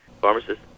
Pharmacist